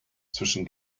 zwischen